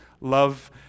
love